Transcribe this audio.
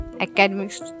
academics